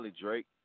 Drake